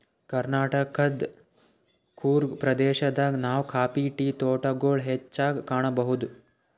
ಕರ್ನಾಟಕದ್ ಕೂರ್ಗ್ ಪ್ರದೇಶದಾಗ್ ನಾವ್ ಕಾಫಿ ಟೀ ತೋಟಗೊಳ್ ಹೆಚ್ಚಾಗ್ ಕಾಣಬಹುದ್